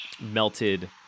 melted